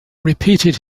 repeated